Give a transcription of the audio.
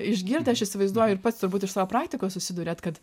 išgirdę aš įsivaizduoju ir pats turbūt iš savo praktikos susiduriat kad